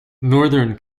northern